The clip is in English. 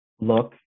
look